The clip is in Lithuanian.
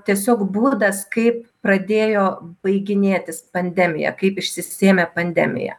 tiesiog būdas kaip pradėjo baiginėtis pandemija kaip išsisėmė pandemija